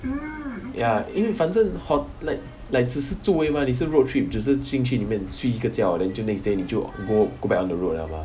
ya 因为反正 hot~ like like 只是住而已 mah 你是 road trip 只是进去里面睡一个觉 then 就 next day 你就 go go back on the road 了 mah